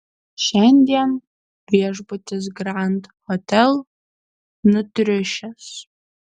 šiandien viešbutis grand hotel nutriušęs